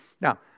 Now